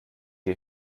die